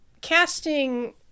casting